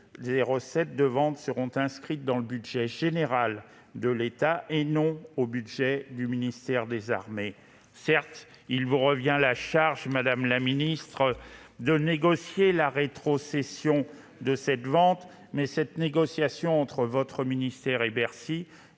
les recettes de vente seront inscrites au budget général de l'État, et non au budget du ministère des armées. Certes, madame la ministre, il vous revient de négocier la rétrocession de cette vente, mais cette négociation entre votre ministère et Bercy